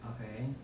okay